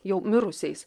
jau mirusiais